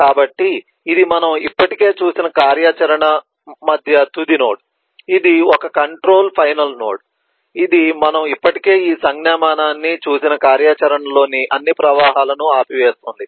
కాబట్టి ఇది మనం ఇప్పటికే చూసిన కార్యాచరణ మధ్య తుది నోడ్ ఇది ఒక కంట్రోల్ ఫైనల్ నోడ్ ఇది మనము ఇప్పటికే ఈ సంజ్ఞామానాన్ని చూసిన కార్యాచరణలోని అన్ని ప్రవాహాలను ఆపివేస్తుంది